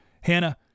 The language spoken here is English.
Hannah